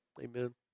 Amen